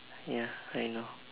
ya I know